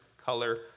color